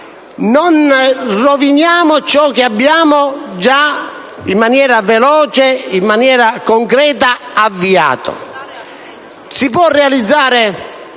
non roviniamo ciò che abbiamo già, in maniera veloce e concreta, avviato. Si può realizzare